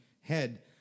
head